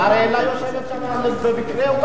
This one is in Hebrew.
אראלה יושבת שם במקרה?